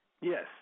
Yes